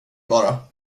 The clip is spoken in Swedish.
bara